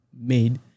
made